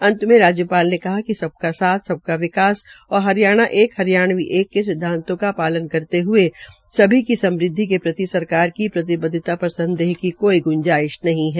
अंत में राज्यपाल ने कहा कि सबका साथ सबका विकास और हरियाणा एक हरियाणवी एक के सिदवातों का पालन करते हये सभी की समृदवि के प्रति सरकार की प्रतिबदवता पर संदेह की कोई कोई ग्ंजाइश नहीं है